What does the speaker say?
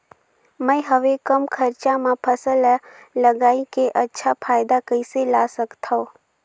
मैं हवे कम खरचा मा फसल ला लगई के अच्छा फायदा कइसे ला सकथव?